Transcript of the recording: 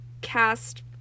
cast